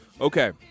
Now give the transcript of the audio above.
Okay